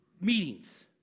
meetings